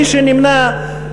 מי שנמנע,